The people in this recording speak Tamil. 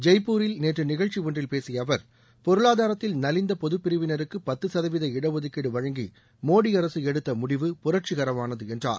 ஜெய்ப்பூரில் நேற்று நிகழ்ச்சி ஒன்றில் பேசிய அவர் பொருளாதாரத்தில் நலிந்த பொதுப்பிரிவினருக்கு பத்து சதவீத இடஒதுக்கீடு வழங்கி மோடி அரசு எடுத்த முடிவு புரட்சிகரமானது என்றார்